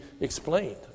explained